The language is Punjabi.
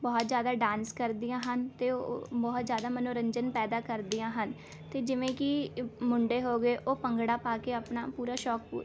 ਬਹੁਤ ਜ਼ਿਆਦਾ ਡਾਂਸ ਕਰਦੀਆਂ ਹਨ ਅਤੇ ਉਹ ਉਹ ਬਹੁਤ ਜ਼ਿਆਦਾ ਮਨੋਰੰਜਨ ਪੈਦਾ ਕਰਦੀਆਂ ਹਨ ਅਤੇ ਜਿਵੇਂ ਕਿ ਮੁੰਡੇ ਹੋ ਗਏ ਉਹ ਭੰਗੜਾ ਪਾ ਕੇ ਆਪਣਾ ਪੂਰਾ ਸ਼ੌਕ ਪ